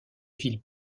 villes